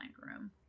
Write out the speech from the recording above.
room